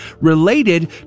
related